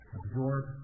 absorb